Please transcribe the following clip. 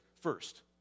first